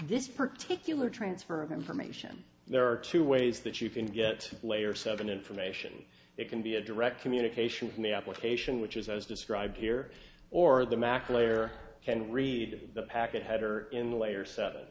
this particular transfer of information there are two ways that you can get layer seven information it can be a direct communication from the application which is as described here or the mac layer can read the packet header in the layer setting